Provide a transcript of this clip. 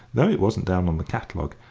though it wasn't down on the catalogue,